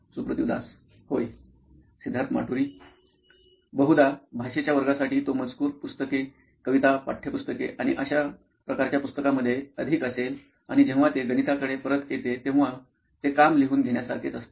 Suprativ Das CTO Noin Electronics होय सिद्धार्थ माटुरी मुख्य कार्यकारी अधिकारी नॉइन इलेक्ट्रॉनिक्स बहुधा भाषेच्या वर्गासाठी तो मजकूर पुस्तके कविता पाठ्यपुस्तके आणि अशा प्रकारच्या पुस्तकांमध्ये अधिक असेल आणि जेव्हा ते गणिताकडे परत येते तेव्हा ते काम लिहून घेण्यासारखेच असते